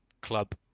club